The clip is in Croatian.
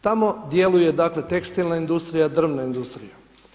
Tamo djeluje dakle tekstilna industrija, drvna industrija.